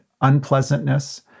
unpleasantness